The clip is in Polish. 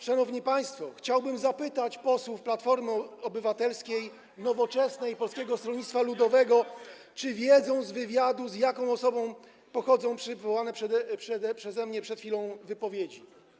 Szanowni państwo, chciałbym zapytać posłów Platformy Obywatelskiej, Nowoczesnej i Polskiego Stronnictwa Ludowego, czy wiedzą, z wywiadu z jaką osobą pochodzą przywołane przeze mnie przed chwilą wypowiedzi.